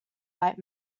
light